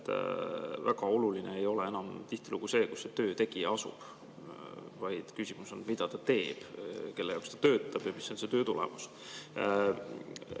et väga oluline ei ole enam tihtilugu see, kus see töö tegija asub, vaid küsimus on, mida ta teeb, kelle jaoks ta töötab ja mis on selle töö tulemus. Minu